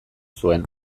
zuen